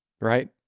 right